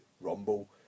Rumble